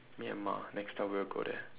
Myanmar next time we'll go there